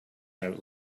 out